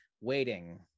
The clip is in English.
waiting